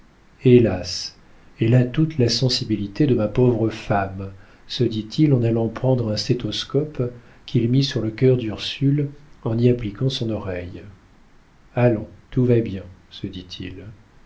hélas elle a toute la sensibilité de ma pauvre femme se dit-il en allant prendre un stéthoscope qu'il mit sur le cœur d'ursule en y appliquant son oreille allons tout va bien se dit-il